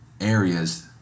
areas